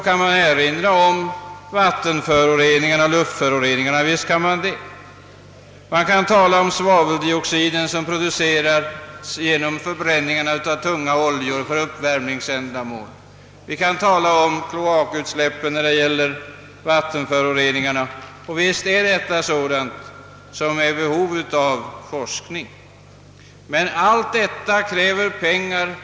Man kan erinra om luftföroreningarna och i samband därmed kan man t.ex. tala om svaveldioxiden som produceras genom förbränningen av tunga oljor för uppvärmningsändamål och kan tala om kloakutsläppen när det gäller vattenföroreningarna. Och visst är detta områden där vi behöver forskning. Men allt detta kräver pengar.